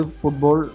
football